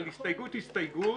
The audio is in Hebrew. אבל הסתייגות-הסתייגות.